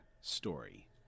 story